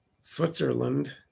Switzerland